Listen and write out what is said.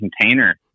container